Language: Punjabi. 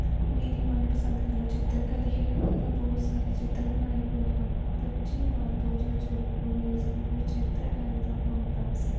ਮੇਰੀ ਮਨਪਸੰਦ ਕਲਾ ਚਿੱਤਰਕਾਰੀ ਹੈ ਮੈਂ ਬਹੁਤ ਸਾਰੇ ਚਿੱਤਰ ਬਣਾਏ ਹੋਏ ਹਨ ਪੱਚੀ ਮਾਰਚ ਦੋ ਹਜ਼ਾਰ ਚੌਵੀ ਨੂੰ ਮੇਰੇ ਸਕੂਲ ਵਿੱਚ ਚਿੱਤਰਕਾਰੀ ਦਾ ਪ੍ਰੋਗਰਾਮ ਸੀ